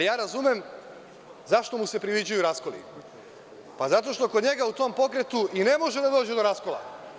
Razumem zašto mu se priviđaju raskoli, zato što god njega u tom pokretu i ne može da dođe do raskola.